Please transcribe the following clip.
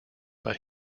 but